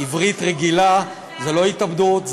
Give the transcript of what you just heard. בעברית רגילה היא לא התאבדות,